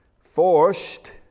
forced